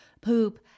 poop